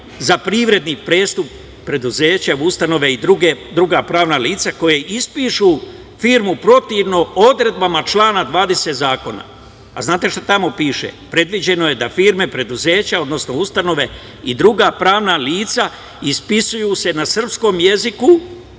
za privredni prestupa preduzeća, ustanove i druga pravna lica koja ispišu firmu protivno odredbama člana 20. zakona. Znate šta tamo piše? Predviđeno je da firme, preduzeća, odnosno ustanove i druga pravna lica ispisuju se na srpskom jeziku